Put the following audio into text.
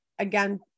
Again